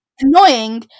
annoying